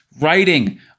writing